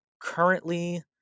currently